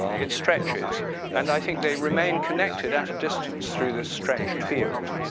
it stretches and i think they remain connected at a distance through this stretched field.